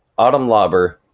autumn lauber,